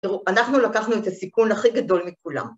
‫אנחנו לקחנו את הסיכון ‫הכי גדול מכולם.